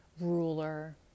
ruler